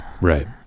Right